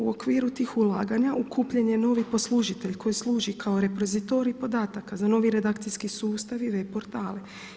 U okviru tih ulaganja kupljen je novi poslužitelj koji služi kao reprozitorij podataka za novi redakcijski sustav i web portale.